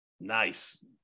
Nice